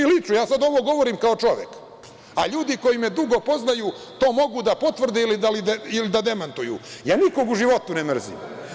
Sada ovo govorim kao čovek, a ljudi koji me dugo poznaju to mogu da potvrde ili da demantuju, ja nikoga u životu ne mrzim.